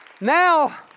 Now